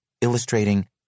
illustrating